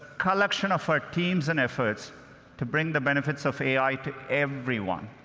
collection of our teams and efforts to bring the benefits of ai to everyone.